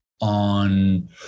on